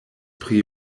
pri